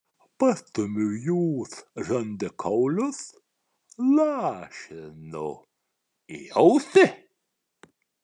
pastumiu jos žandikaulius lašinu į ausį